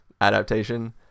adaptation